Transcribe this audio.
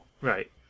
Right